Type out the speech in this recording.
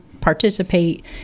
participate